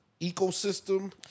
ecosystem